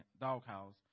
doghouse